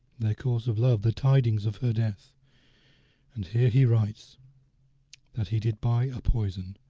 their course of love, the tidings of her death and here he writes that he did buy a poison